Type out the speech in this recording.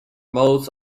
modes